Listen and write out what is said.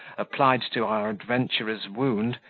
applied to our adventurer's wound,